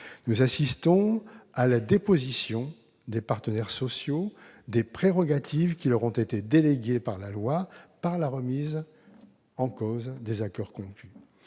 Nous assistons à la dépossession des partenaires sociaux des prérogatives qui leur ont été déléguées par la loi, à travers la remise en cause des accords conclus.